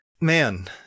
Man